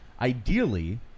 Ideally